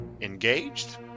engaged